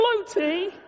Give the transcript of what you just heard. floaty